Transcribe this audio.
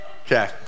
Okay